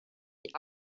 die